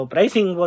Pricing